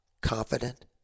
confident